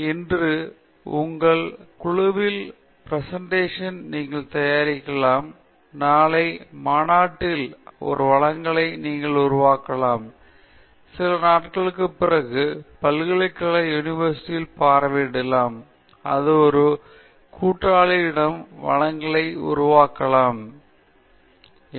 எனவே இன்று உங்கள் குழுவில் ஒரு வழங்கலை நீங்கள் தயாரிக்கலாம் நாளை ஒரு மாநாட்டில் ஒரு வழங்கலை உருவாக்கலாம் சில நாட்களுக்குப் பிறகு நீங்கள் ஒரு பல்கலைக்கழகத்தை பார்வையிடலாம் அங்கு ஒரு கூட்டாளியிடம் ஒரு வழங்கலை உருவாக்கலாம் நீங்கள் ஒரு நிதி நிறுவனத்திற்கு செல்லலாம் வழங்கல் மற்றும் பலவற்றிற்கு